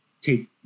take